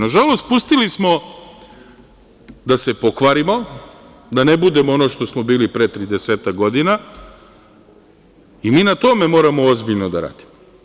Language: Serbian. Nažalost, pustili smo da se pokvarimo, da ne budemo ono što smo bili pre 30-ak godina i mi na tome moramo ozbiljno da radimo.